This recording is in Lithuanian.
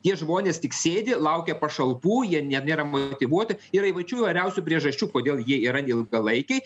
tie žmonės tik sėdi laukia pašalpų jie nėra motyvuoti yra įvačių priežasčių kodėl jie yra ilgalaikiai